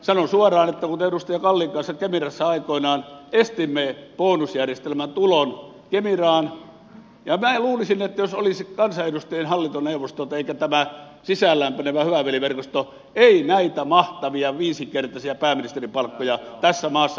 sanon suoraan että edustaja kallin kanssa kemirassa aikoinaan estimme bonusjärjestelmän tulon kemiraan ja minä luulisin että jos olisi kansanedustajien hallintoneuvostot eikä tämä sisäänlämpenevä hyvä veli verkosto ei näitä mahtavia viisinkertaisia pääministerin palkkoja tässä maassa maksettaisi